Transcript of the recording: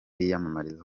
yiyamamariza